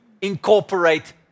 incorporate